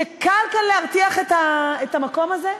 שקל כאן להרתיח את המקום הזה?